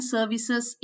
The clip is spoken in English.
Services